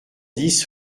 dix